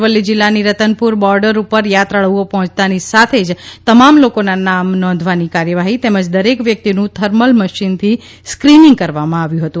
અરવલ્લી જિલ્લાની રતનપુર બોર્ડર ઉપર યાત્રાળુઓ પહોંચતાની સાથે જ તમામ લોકોના નામ નોંધવાની કાર્યવાહી તેમજ દરેક વ્યક્તિનું થર્મલ મશીન થી સ્ક્રિનીંગ કરવામાં આવ્યું હતું